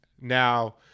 now